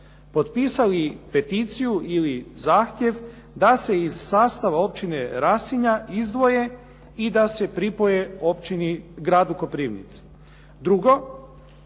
potpisali peticiju ili zahtjeva da se iz sastava općine Rasinja izdvoje i da se pripoje općini gradu Koprivnici. Drugo,